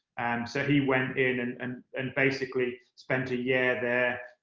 and so he went in and and and basically spent a year there.